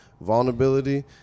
Vulnerability